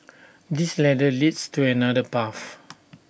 this ladder leads to another path